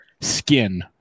skin